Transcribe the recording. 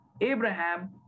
Abraham